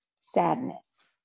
sadness